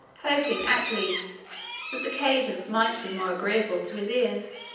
hoping at least that the cadence might be more agreeable to his ears.